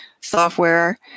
software